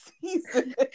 season